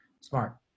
Smart